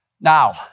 Now